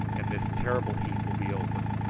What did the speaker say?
and this terrible heat will be over.